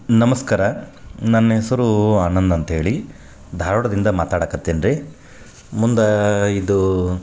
ನಮಸ್ಕಾರ ನನ್ನ ಹೆಸರು ಆನಂದ್ ಅಂತ್ಹೇಳಿ ಧಾರ್ವಾಡ್ದಿಂದ ಮಾತಾಡಕತ್ತೀನಿ ರೀ ಮುಂದಾ ಇದು